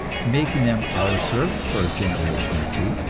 making them our serfs for generation or two,